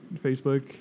Facebook